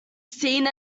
seen